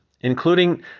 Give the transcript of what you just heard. including